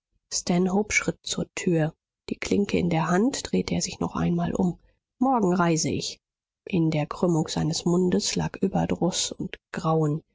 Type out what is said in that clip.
schritt zur tür die klinke in der hand drehte er sich noch einmal um morgen reise ich in der krümmung seines mundes lag überdruß und grauen